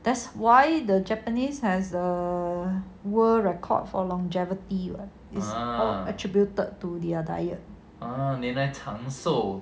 that's why the japanese has the world record for longevity is attributed to their diet